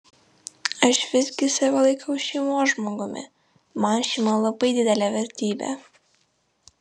aš visgi save laikau šeimos žmogumi man šeima labai didelė vertybė